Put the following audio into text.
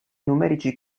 numerici